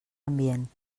ambient